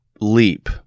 leap